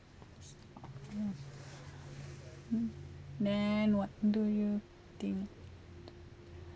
mm mm then what do you think